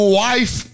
wife